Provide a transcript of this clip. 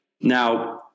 Now